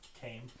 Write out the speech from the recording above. Came